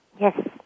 Yes